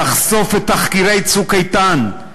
תחשוף את תחקירי "צוק איתן",